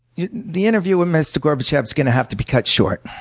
you know the interview with mr. gorbachev is going to have to be cut short.